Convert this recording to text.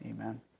Amen